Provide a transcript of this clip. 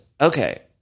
Okay